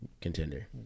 contender